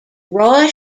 roy